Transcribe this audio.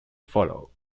follow